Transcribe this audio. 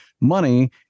money